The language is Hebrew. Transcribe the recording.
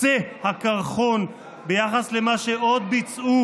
קצה הקרחון ביחס למה שעוד ביצעו,